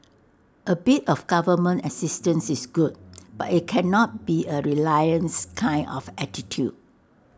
A bit of government assistance is good but IT cannot be A reliance kind of attitude